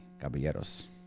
caballeros